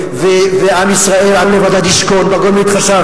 ועם ישראל, "עם לבדד ישכון ובגויים לא יתחשב"?